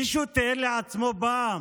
מישהו תיאר לעצמו פעם